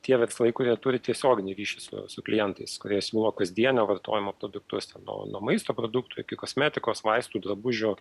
tie verslai kurie turi tiesioginį ryšį su klientais kurie siūlo kasdienio vartojimo produktus nuo nuo maisto produktų iki kosmetikos vaistų drabužių